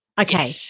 okay